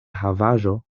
havaĵo